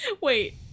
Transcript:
Wait